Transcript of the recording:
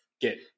get